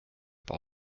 aber